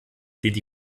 die